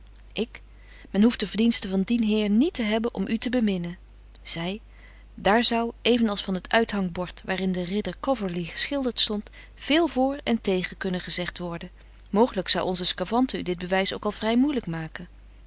ik men hoeft de verdienste van dien heer niet te hebben om u te beminnen zy daar zou even als van het uithangbord waar in de ridder coverly geschildert stondt véél voor en tegen kunnen gezegt worden mooglyk zou onze scavante u dit bewys ook al vry moeilyk maken